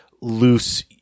loose